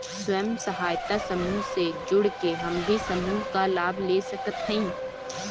स्वयं सहायता समूह से जुड़ के हम भी समूह क लाभ ले सकत हई?